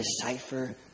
decipher